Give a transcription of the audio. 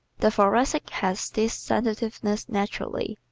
the thoracic has this sensitiveness naturally.